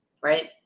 right